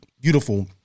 beautiful